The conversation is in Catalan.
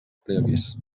preavís